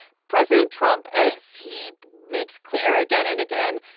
president trump, as he makes clear again and again,